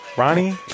Ronnie